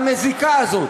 המזיקה הזאת.